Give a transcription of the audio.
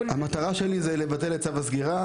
המטרה שלי היא לבטל את צו הסגירה,